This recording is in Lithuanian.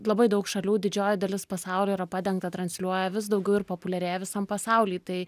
labai daug šalių didžioji dalis pasaulio yra padengta transliuoja vis daugiau ir populiarėja visam pasauly tai